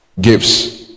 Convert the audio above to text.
gifts